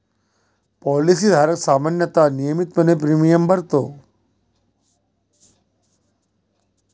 policy धारक सामान्यतः नियमितपणे प्रीमियम भरतो